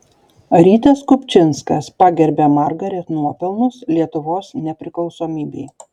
rytas kupčinskas pagerbia margaret nuopelnus lietuvos nepriklausomybei